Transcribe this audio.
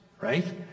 right